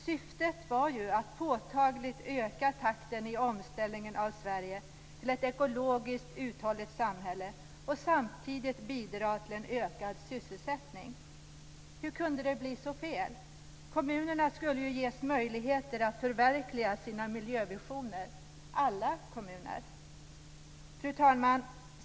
Syftet var att påtagligt öka takten i omställningen av Sverige till ett ekologiskt uthålligt samhälle och samtidigt bidra till en ökad sysselsättning. Hur kunde det bli så fel? Alla kommuner skulle ju ges möjligheter att förverkliga sina miljövisioner. Fru talman!